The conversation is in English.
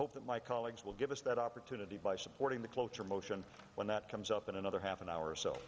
hope that my colleagues will give us that opportunity by supporting the cloture motion when that comes up in another half an hour or so